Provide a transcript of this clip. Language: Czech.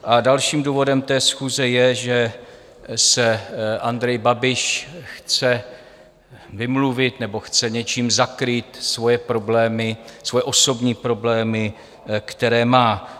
A dalším důvodem té schůze je, že se Andrej Babiš chce vymluvit nebo chce něčím zakrýt svoje problémy, svoje osobní problémy, které má.